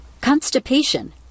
constipation